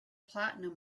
platinum